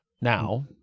now